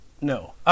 No